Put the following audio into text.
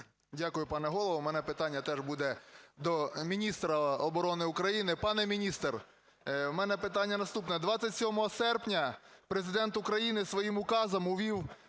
Дякую, пане Голово. У мене питання теж буде до міністра оборони України. Пане міністр, у мене питання наступне. 27 серпня Президент України своїм указом увів